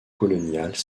coloniales